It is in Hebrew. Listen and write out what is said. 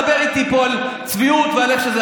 אל תבוא ותדבר איתי פה על צביעות ועל איך שזה.